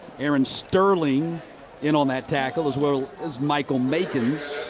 aaron sterling in on that tackle, as well as michael makins.